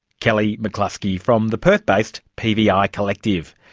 kelli mccluskey from the perth-based pvi ah collective.